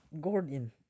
Gordon